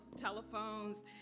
telephones